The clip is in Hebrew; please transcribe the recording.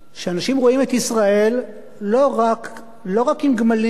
שאנשים רואים את ישראל לא רק עם גמלים,